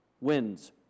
wins